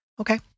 Okay